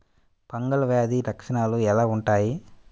Fungal వ్యాధి లక్షనాలు ఎలా వుంటాయి?